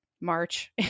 March